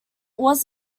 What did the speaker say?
was